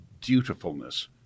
dutifulness